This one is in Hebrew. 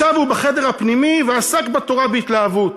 ישב הוא בחדר הפנימי ועסק בתורה בהתלהבות.